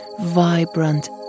vibrant